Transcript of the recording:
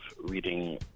reading